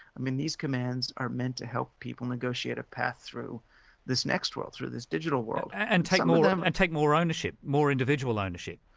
i mean these commands are meant to help people negotiate a path through this next world, through this digital world. and take more um and take more ownership, more individual ownership?